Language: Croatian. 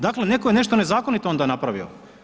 Dakle, netko je nešto nezakonito onda napravio.